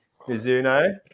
Mizuno